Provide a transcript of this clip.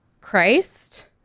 Christ